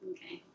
Okay